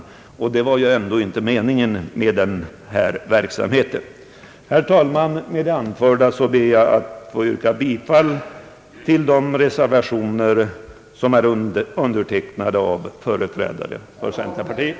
Det är ju ändå inte meningen med denna verksamhet. Herr talman! Med det anförda kommer jag att yrka bifall till de reservationer som är undertecknade av företrädare för centerpartiet.